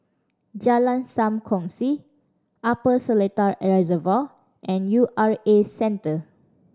Jalan Sam Kongsi Upper Seletar Reservoir and U R A Centre